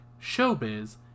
Showbiz